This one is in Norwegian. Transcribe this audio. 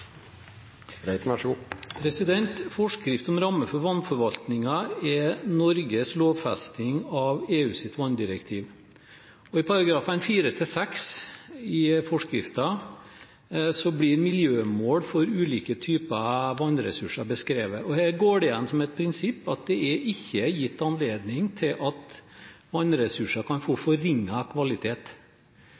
Norges lovfesting av EUs vanndirektiv. I §§ 4–6 i forskriften blir miljømål for ulike typer vannressurser beskrevet, og her går det igjen som et prinsipp at det er ikke gitt anledning til at vannressurser kan få forringet kvalitet.